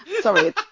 Sorry